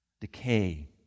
decay